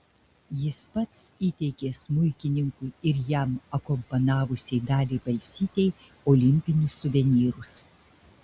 jis pats įteikė smuikininkui ir jam akompanavusiai daliai balsytei olimpinius suvenyrus